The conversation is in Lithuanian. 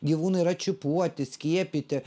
gyvūnai yra čipuoti skiepyti